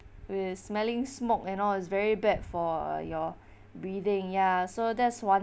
with smelling smoke and all is very bad for uh your breathing ya so that's one